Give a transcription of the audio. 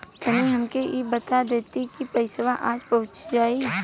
तनि हमके इ बता देती की पइसवा आज पहुँच जाई?